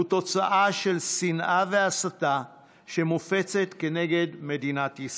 הוא תוצאה של שנאה והסתה שמופצת כנגד מדינת ישראל.